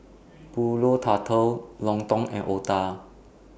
Pulut Tatal Lontong and Otah